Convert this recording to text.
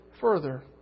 further